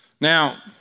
Now